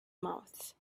mouth